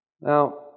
Now